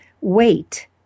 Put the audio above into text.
wait